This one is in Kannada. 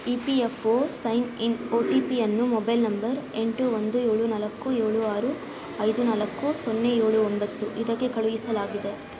E P F O sign in O T ಪಿಯನ್ನು ಮೊಬೈಲ್ ನಂಬರ್ ಎಂಟು ಒಂದು ಏಳು ನಾಲ್ಕು ಏಳು ಆರು ಐದು ನಾಲ್ಕು ಸೊನ್ನೆ ಏಳು ಒಂಬತ್ತು ಇದಕ್ಕೆ ಕಳುಹಿಸಲಾಗಿದೆ